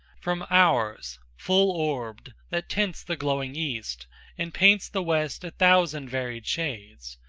from ours, full-orbed, that tints the glowing east and paints the west a thousand varied shades,